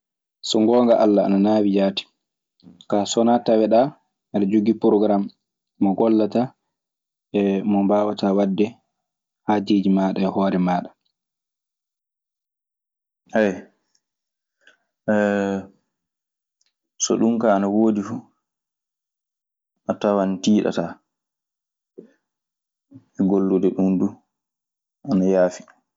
So gonga alla ana naawi jaatti. ka sonna taweɗa ada jigi progarame mo gollata e mo bawata wade hajejima e hore maɗa. Ayi! do ɗum kay ina woodi fuu, a tawan tiɗataa. Gollude ɗum du, ana yaafi.